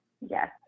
Yes